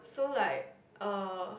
so like uh